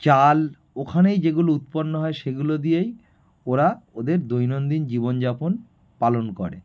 চাল ওখানেই যেগুলো উৎপন্ন হয় সেগুলো দিয়েই ওরা ওদের দৈনন্দিন জীবনযাপন পালন করে